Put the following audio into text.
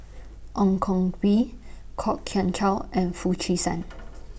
Ong Koh Bee Kwok Kian Chow and Foo Chee San